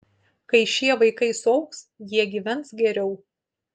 kai šie vaikai suaugs jie gyvens geriau